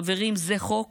חברים, זה חוק